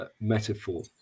metaphor